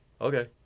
Okay